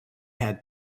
had